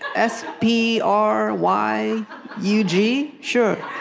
s p r y u g? sure.